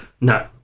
No